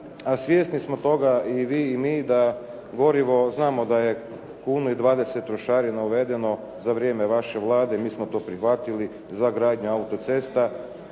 svjesni smo toga i vi i mi da gorivo, znamo da je kunu i 20 trošarina uvedeno za vrijeme vaše Vlade, mi smo to prihvatili za gradnju autocesta,